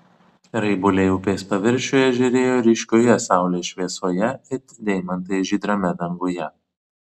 raibuliai upės paviršiuje žėrėjo ryškioje saulės šviesoje it deimantai žydrame danguje